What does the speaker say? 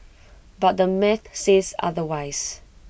but the math says otherwise